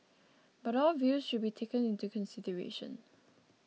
but all views should be taken into consideration